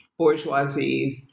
bourgeoisies